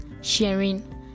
sharing